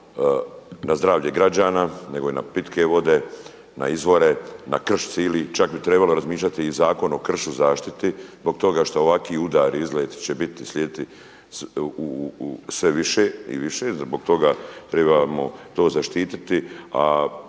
na zdravlje građana nego i na pitke vode, na izvore, na krš cijeli, čak bi trebalo razmišljati i Zakon o kršu zaštiti zbog toga što ovaki udari … uslijediti sve više i više, zbog toga trebamo to zaštititi.